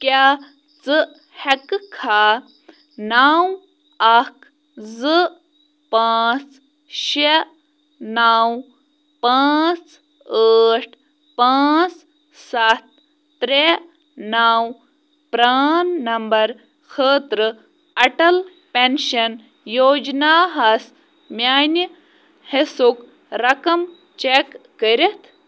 کیٛاہ ژٕ ہٮ۪کہٕ کھا نَو اَکھ زٕ پانٛژھ شےٚ نَو پانٛژھ ٲٹھ پانٛژھ سَتھ ترٛےٚ نَو پرٛان نمبَر خٲطرٕ اَٹَل پٮ۪نٛشَن یوجناہَس میٛانہِ حِصُک رَقَم چٮ۪ک کٔرِتھ